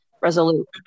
resolute